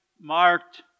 marked